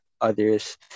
others